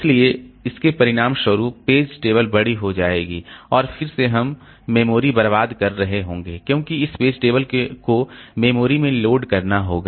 इसलिए इसके परिणामस्वरूप पेज टेबल बड़ी हो जाएगी और फिर से हम मेमोरी बर्बाद कर रहे होंगे क्योंकि इस पेज टेबल को मेमोरी में लोड करना होगा